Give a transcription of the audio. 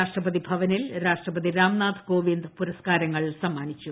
രാഷ്ട്രപതി ഭവനിൽ രാഷ്ട്രപ്പതി രാംനാഥ് കോവിന്ദ് പുരസ്ക്കാരങ്ങൾ സമ്മാത്ത്ചത്